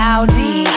Audi